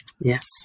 Yes